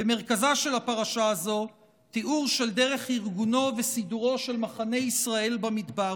במרכזה של הפרשה הזאת תיאור של דרך ארגונו וסידורו של מחנה ישראל במדבר.